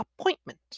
appointment